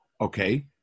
okay